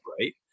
right